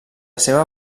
seva